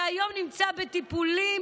שהיום נמצא בטיפולים.